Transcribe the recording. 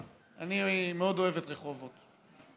אני מאוד אוהב את רחובות.